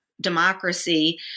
democracy